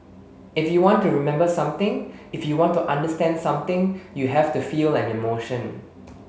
if you want to remember something if you want to understand something you have to feel an emotion